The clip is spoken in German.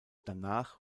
danach